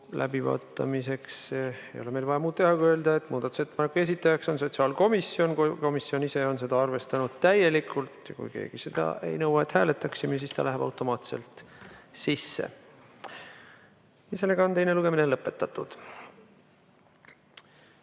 läbivaatamiseks ei ole meil vaja teha muud, kui öelda, et muudatusettepaneku esitajaks on sotsiaalkomisjon. Komisjon ise on seda arvestanud täielikult. Kui keegi seda ei nõua, et hääletaksime, siis ta läheb automaatselt sisse. Teine lugemine on lõpetatud.